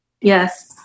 Yes